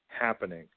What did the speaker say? happening